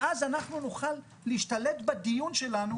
ואז נוכל להשתלט על הדיון שלנו,